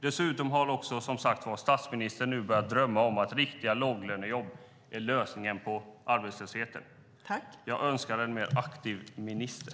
Dessutom har som sagt statsministern nu börjat drömma om att riktiga låglönejobb är lösningen på arbetslösheten. Jag önskar en mer aktiv minister!